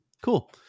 cool